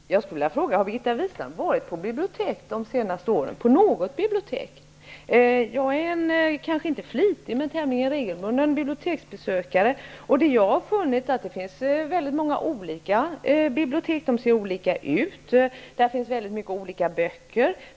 Herr talman! Jag skulle vilja fråga om Birgitta Wistrand har besökt något bibliotek under de senaste åren. Jag är kanske inte en flitig men en tämligen regelbunden biblioteksbesökare, och jag har funnit att det finns många olika slags bibliotek. Dels ser biblioteken olika ut, dels har de olika böcker.